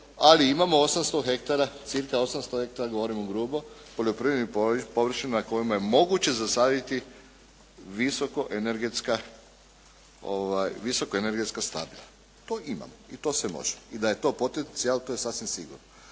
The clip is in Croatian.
ali imamo 800 hektara cca 800 hektara govorim u grubo, poljoprivrednih površina na kojima je moguće zasaditi visokoenergetska stabla. To imamo i to se može i da je to potencijal to je sasvim sigurno.